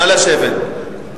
נא לשבת.